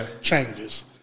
changes